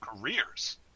careers